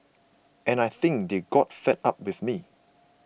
and I think they got fed up with me